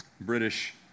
British